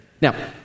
Now